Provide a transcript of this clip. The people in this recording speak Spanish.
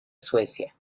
suecia